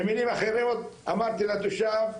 במילים אחרות אמרתי לתושב,